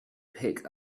pick